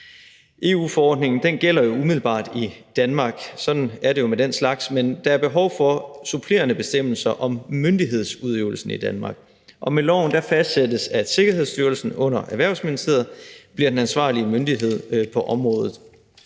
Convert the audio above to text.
– sådan er det jo med den slags – men der er behov for supplerende bestemmelser om myndighedsudøvelsen i Danmark. Og med loven fastsættes det, at Sikkerhedsstyrelsen under Erhvervsministeriet bliver den ansvarlige myndighed på området.